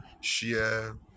share